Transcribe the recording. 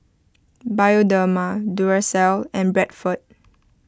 Bioderma Duracell and Bradford